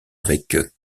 avec